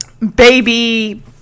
baby